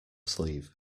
sleeve